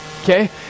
okay